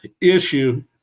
issue